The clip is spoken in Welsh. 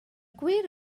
gwir